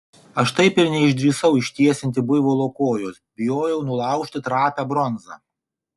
aš taip ir neišdrįsau ištiesinti buivolo kojos bijojau nulaužti trapią bronzą